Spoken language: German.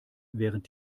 während